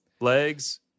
Legs